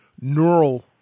neural